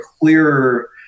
clearer